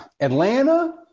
Atlanta